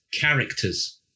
characters